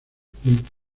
kids